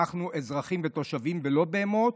אנחנו אזרחים ותושבים, לא בהמות.